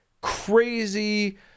crazy